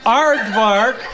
Aardvark